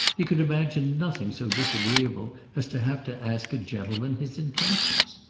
he could imagine nothing so disagreeable as to have to ask a gentleman his intentions.